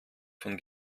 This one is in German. von